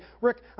Rick